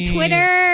Twitter